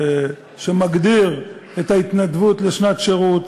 שמגדיר את ההתנדבות לשנת שירות,